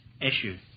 issue